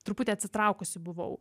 truputį atsitraukusi buvau